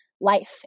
life